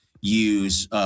use